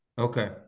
Okay